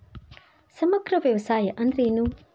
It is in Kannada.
ಸಮಗ್ರ ವ್ಯವಸಾಯ ಅಂದ್ರ ಏನು?